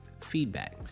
feedback